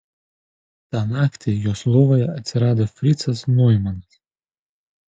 tą naktį jos lovoje atsirado fricas noimanas